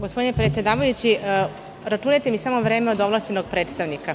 Gospodine predsedavajući, računajte mi samo vreme od ovlašćenog predstavnika.